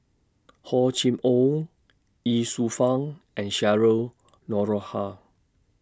Hor Chim Or Ye Shufang and Cheryl Noronha